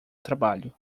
trabalho